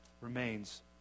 remains